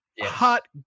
hot